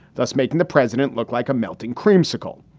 thus making the president look like a melting cream cycle.